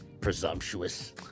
presumptuous